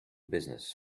business